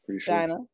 China